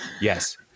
Yes